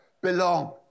belong